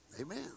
Amen